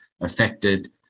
affected